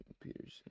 Peterson